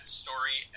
story